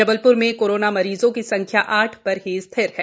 जबलप्र में कोरोना मरीजों की संख्या आठ पर ही स्थिर है